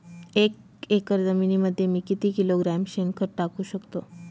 एक एकर जमिनीमध्ये मी किती किलोग्रॅम शेणखत टाकू शकतो?